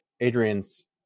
Adrian's